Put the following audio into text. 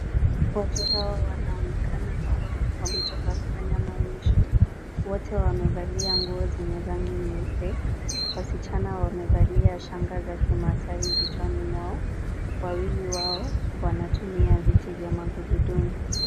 Watu hawa wanaonekana kuwa wametoka kufanya maonyesho. Wote wamevalia nguo zenye rangi nyeupe. Wasichana wamevalia shanga za kimaasai vichwani mwao. Wawili wao wanatumia viti vya magurudumu.